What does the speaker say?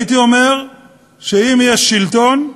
הייתי אומר שאם יש שלטון,